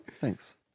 Thanks